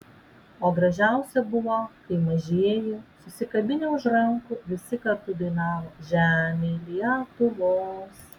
o gražiausia buvo kai mažieji susikabinę už rankų visi kartu dainavo žemėj lietuvos